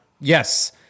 Yes